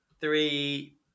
Three